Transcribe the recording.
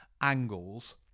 angles